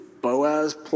Boaz